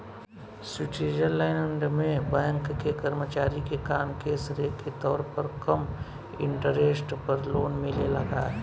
Switzerland में bank के कर्मचारी के काम के श्रेय के तौर पर कम इंटरेस्ट पर लोन मिलेला का?